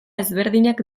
ezberdinak